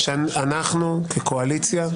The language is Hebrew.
שאנחנו כקואליציה,